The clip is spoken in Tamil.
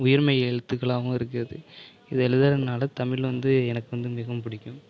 உயிர்மெய் எழுத்துக்களாகவும் இருக்குது இதை எழுதுகிறதுனால தமிழ் வந்து எனக்கு வந்து மிகவும் பிடிக்கும்